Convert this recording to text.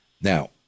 now